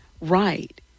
Right